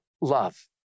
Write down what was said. love